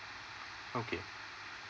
okay